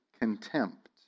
contempt